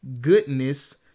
goodness